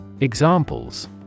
Examples